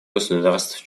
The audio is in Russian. государств